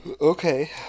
okay